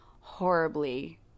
horribly